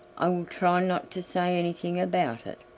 i will try not to say anything about it.